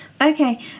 Okay